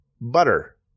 butter